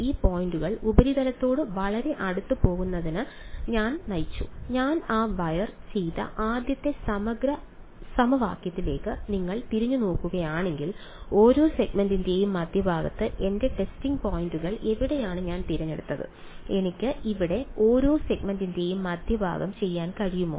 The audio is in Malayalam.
ഈ പോയിന്റുകൾ ഉപരിതലത്തോട് വളരെ അടുത്ത് പോകുന്നതിന് ഞാൻ നയിച്ചു ഞാൻ ആ വയർ ചെയ്ത ആദ്യത്തെ സമഗ്ര സമവാക്യത്തിലേക്ക് നിങ്ങൾ തിരിഞ്ഞുനോക്കുകയാണെങ്കിൽ ഓരോ സെഗ്മെന്റിന്റെയും മധ്യഭാഗത്ത് എന്റെ ടെസ്റ്റിംഗ് പോയിന്റുകൾ എവിടെയാണ് ഞാൻ തിരഞ്ഞെടുത്തത് എനിക്ക് ഇവിടെ ഓരോ സെഗ്മെന്റിന്റെയും മധ്യഭാഗം ചെയ്യാൻ കഴിയുമോ